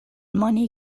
money